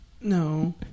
No